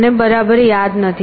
મને બરાબર યાદ નથી